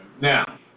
Now